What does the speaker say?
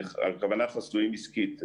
הכוונה חסויים עסקית.